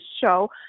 show